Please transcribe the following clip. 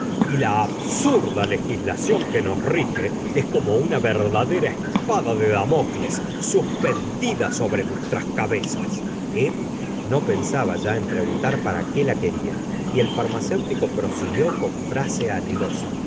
y la absurda legislación que si la señora de bovary oi nos rige es como una verdadera espada de damocles suspendida s'o bre nuestras cabezas emjila no pensaba ya en preguntar qué la queria y el farmacéutico prosiguió con frase anhelosa